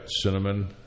cinnamon